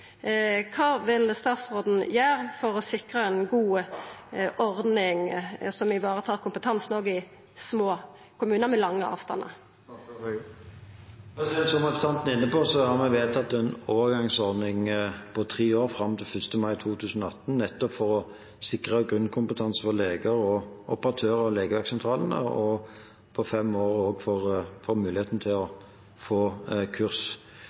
vil statsråden gjera for å sikra ei god ordning som tar vare på kompetansen òg i små kommunar med lange avstandar? Som representanten er inne på, har vi vedtatt en overgangsordning på tre år fram til 1. mai 2018, nettopp for å sikre grunnkompetansen for leger og operatører ved legevaktsentralene, og at de innen fem år skal få muligheten til å få kurs,